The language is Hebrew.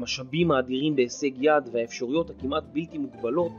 המשאבים האדירים בהישג יד והאפשרויות הכמעט בלתי מוגבלות